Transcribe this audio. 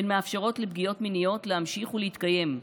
הן מאפשרות לפגיעות מיניות להמשיך ולהתקיים.